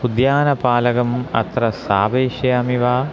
उद्यानपालकम् अत्र स्थापयिष्यामि वा